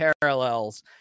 parallels